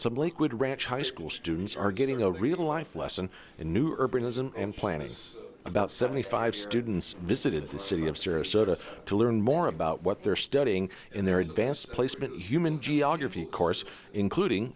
some liquid ranch high school students are getting a real life lesson in new urbanism plan is about seventy five students visited the city of sarasota to learn more about what they're studying in their advanced placement human geography course including